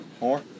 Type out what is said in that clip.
More